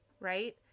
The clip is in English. right